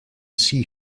see